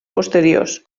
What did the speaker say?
posteriors